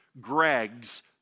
Greg's